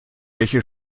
welche